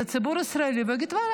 הציבור הישראלי יגיד: ואללה,